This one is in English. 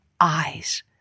eyes